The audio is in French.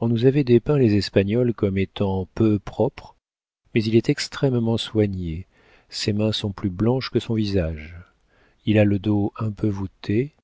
on nous avait dépeint les espagnols comme étant peu propres mais il est extrêmement soigné ses mains sont plus blanches que son visage il a le dos un peu voûté